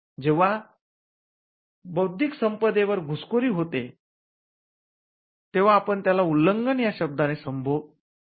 जेव्हा बौद्धिक संपदेवर घुसखोरी होते तेव्हा आपण याला 'उल्लंघन' या शब्दाने संबोधतो